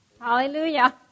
Hallelujah